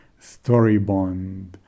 Storybond